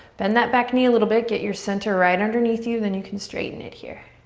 bend that back knee a little bit. get your center right underneath you then you can straighten it here.